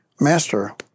Master